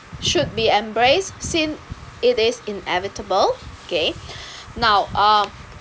should be embraced since it is inevitable okay now uh